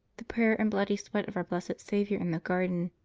the prayer and bloody sweat of our blessed saviour in the garden.